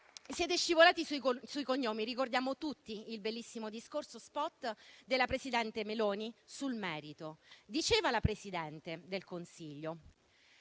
Siete scivolati sui cognomi. Ricordiamo tutti il bellissimo discorso *spot* della presidente Meloni sul merito. Diceva la Presidente del Consiglio